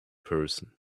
person